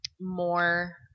more